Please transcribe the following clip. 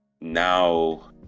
now